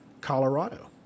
Colorado